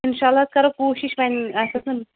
انشاءاللہ حظ کَرو کوٗشِش وۄنۍ آسٕس نہ